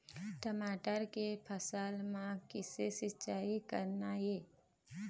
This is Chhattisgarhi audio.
टमाटर के फसल म किसे सिचाई करना ये?